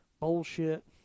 Bullshit